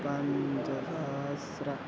पञ्चसहस्रः